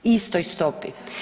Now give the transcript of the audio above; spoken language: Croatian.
Istoj stopi.